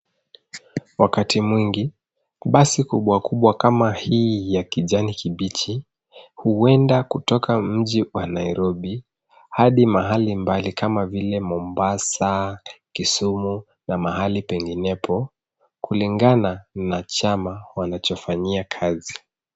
Wakati mwingi basi kubwa kubwa kama hii ya kijani kibichi huende kutoka mji wa Nairobi hadi mahali mbali kama vile Mombasa, Kisumu na mahali penginepo kulingana na chama wanachofanyia kazi.